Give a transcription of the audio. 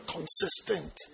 Consistent